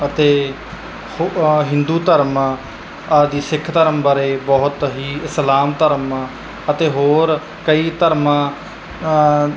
ਅਤੇ ਹੋ ਹਿੰਦੂ ਧਰਮ ਆਦਿ ਸਿੱਖ ਧਰਮ ਬਾਰੇ ਬਹੁਤ ਹੀ ਇਸਲਾਮ ਧਰਮ ਅਤੇ ਹੋਰ ਕਈ ਧਰਮਾਂ